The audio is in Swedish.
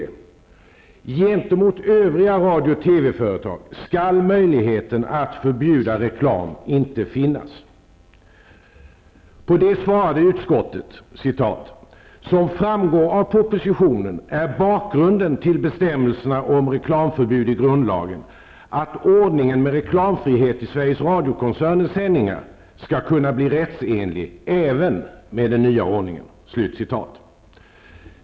Gentemot övriga radio/TV-företag skall möjlighet att förbjuda reklam inte finnas.'' På detta svarade utskottet: Som framgår av propositionen är bakgrunden till bestämmelserna om reklamförbud i grundlagen att ordningen med reklamfrihet i Sveriges Radio-koncernens sändningar skall kunna bli rättsenlig även med den nya ordningen.